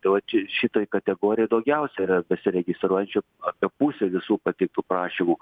tai vat ir šitoj kategorijoj daugiausia yra besiregistruojančių apie pusė visų pateiktų prašymų